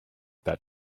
that